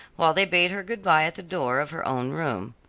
while they bade her good-bye at the door of her own room.